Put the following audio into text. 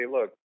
look